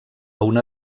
una